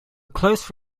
close